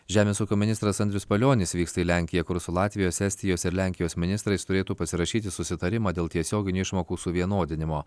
žemės ūkio ministras andrius palionis vyksta į lenkiją kur su latvijos estijos ir lenkijos ministrais turėtų pasirašyti susitarimą dėl tiesioginių išmokų suvienodinimo